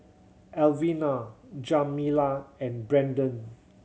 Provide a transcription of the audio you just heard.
Alvina Jamila and Brandon